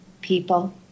people